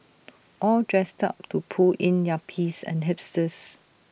all dressed up to pull in yuppies and hipsters